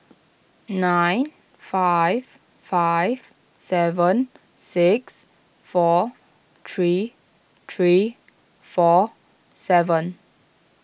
nine five five seven six four three three four seven